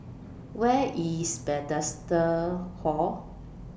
Where IS Bethesda Hall